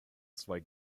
zwei